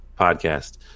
podcast